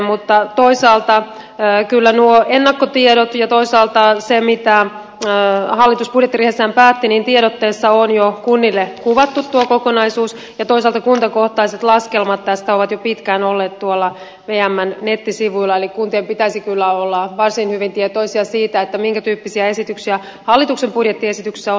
mutta toisaalta kyllä mitä tulee noihin ennakkotietoihin ja toisaalta siihen mitä hallitus budjettiriihessään päätti niin tiedotteessa on jo kunnille kuvattu tuo kokonaisuus ja toisaalta kuntakohtaiset laskelmat tästä ovat pitkään olleet tuolla vmn nettisivuilla eli kuntien pitäisi kyllä olla varsin hyvin tietoisia siitä minkä tyyppisiä esityksiä hallituksen budjettiesityksessä on